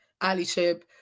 allyship